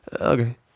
okay